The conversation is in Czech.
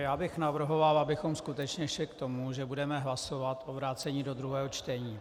Já bych navrhoval, abychom skutečně šli k tomu, že budeme hlasovat o vrácení do druhého čtení.